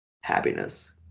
happiness